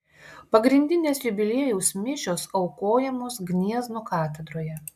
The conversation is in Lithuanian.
pagrindinės jubiliejaus mišios aukojamos gniezno katedroje